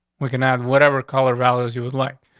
we can add whatever color values you would like.